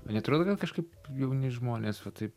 o neatrodo kažkaip jauni žmonės va taip